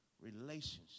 relationship